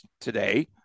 today